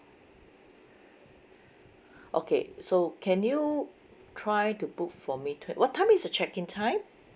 okay so can you try to book for me to what time is the check in time